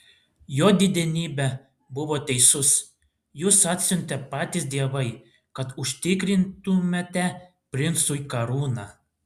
jo didenybė buvo teisus jus atsiuntė patys dievai kad užtikrintumėte princui karūną